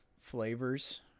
flavors